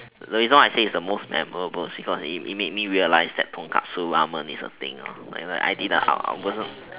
you know I see it the most memorable food I eat it made me realize tonkotsu ramen is a thing ah I didn't wasn't